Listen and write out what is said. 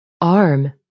Arm